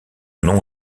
nom